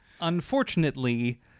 Unfortunately